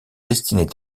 destinée